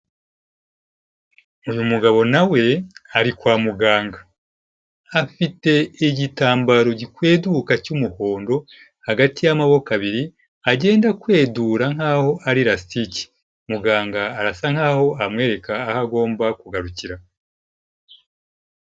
Uyu mugabo nawe hari kwa muganga, hafite igitambaro gikweduka cy'umuhondo hagati y'amaboko abiri aho agenda akwedura nkaho ari rasitike, muganga arasa nkaho amwereka aho agomba kugarukira.